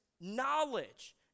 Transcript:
knowledge